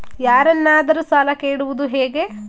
ಯಾರನ್ನಾದರೂ ಸಾಲ ಕೇಳುವುದು ಹೇಗೆ?